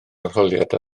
arholiad